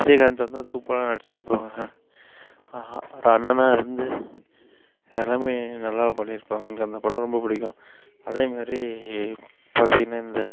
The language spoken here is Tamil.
விஜய்காந்த் வந்து சூப்பராக நடித்திருப்பாங்க ஒரு அண்ணனாகருந்து எல்லாமே நல்லா பண்ணியிருப்பாங்க எனக்கு அந்த படம் ரொம்ப பிடிக்கும் அதேமாதிரி பார்த்திங்கனா இந்த